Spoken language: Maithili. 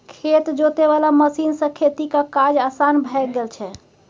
खेत जोते वाला मशीन सँ खेतीक काज असान भए गेल छै